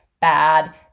bad